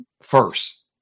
first